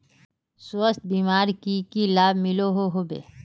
स्वास्थ्य बीमार की की लाभ मिलोहो होबे?